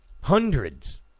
Hundreds